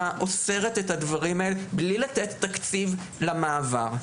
אוסרת את הדברים האלה בלי לתת תקציב למעבר,